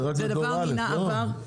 זה רק לדור א', לא?